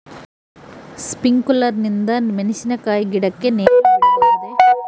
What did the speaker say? Sprinkler ನಿಂದ ಮೆಣಸಿನಕಾಯಿ ಗಿಡಕ್ಕೆ ನೇರು ಬಿಡಬಹುದೆ?